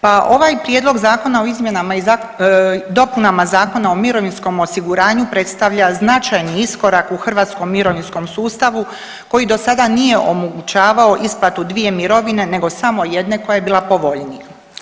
Pa ovaj Prijedlog zakona o izmjenama i dopunama Zakona o mirovinskom osiguranju predstavlja značajni iskorak u hrvatskom mirovinskom sustavu koji do sada nije omogućava isplatu dvije mirovine nego samo jedne koja je bila povoljnija.